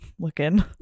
looking